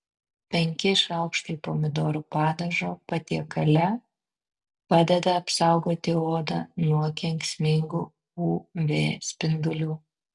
penki šaukštai pomidorų padažo patiekale padeda apsaugoti odą nuo kenksmingų uv spindulių